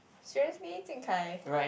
seriously Jing-Kai